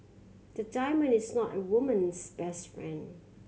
the diamond is not a woman's best friend